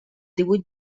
divuit